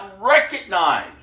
recognized